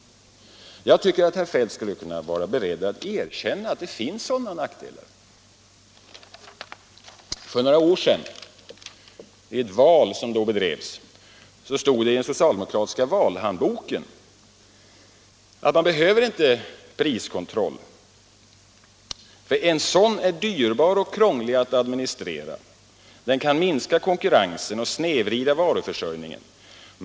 Jag tycker att herr Feldt skulle kunna vara beredd att erkänna att det finns sådana nackdelar. Det stod i en socialdemokratisk valhandbok inför ett val för några år sedan att man inte behöver någon priskontroll — en sådan är dyrbar och krånglig att administrera, den kan minska konkurrensen och snedvrida varuförsörjningen.